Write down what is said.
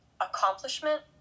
accomplishment